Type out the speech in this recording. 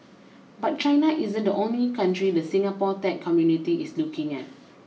but China isn't the only country the Singapore tech community is looking at